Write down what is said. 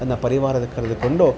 ತನ್ನ ಪರಿವಾರ ಕರೆದುಕೊಂಡು